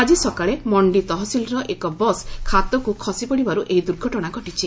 ଆଜି ସକାଳେ ମଣ୍ଡି ତହସିଲର ଏକ ବସ୍ ଖାତକୁ ଖସିପଡ଼ିବାରୁ ଏହି ଦୁର୍ଘଟଣା ଘଟିଛି